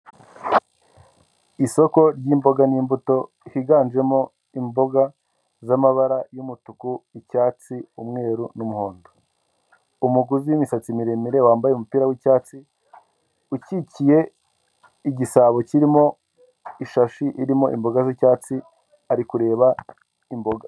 Isoko ry'imboga n'imbuto higanjemo imboga z'amabara y'umutuku icyatsi umweru n'umuhondo, umugore w'imisatsi miremire, wambaye umupira wicyatsi ukikiye igisabo kirimo ishashi irimo imboga z'icyatsi ari kureba imboga.